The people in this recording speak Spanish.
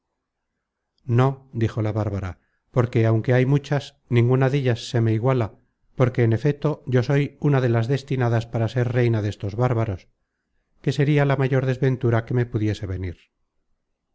no dijo la bárbara porque aunque hay muchas ninguna dellas se me iguala porque en efeto yo soy una de las destinadas para ser reina destos bárbaros que sería la mayor desventura que me pudiese venir